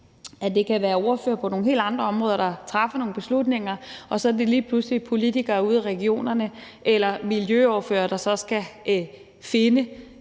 at det kan være ordførere på nogle helt andre områder, der træffer nogle beslutninger, og at det så lige pludselig er politikere ude i regionerne eller miljøordførere, der så skal tage